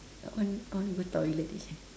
I I want to go toilet actually